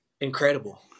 incredible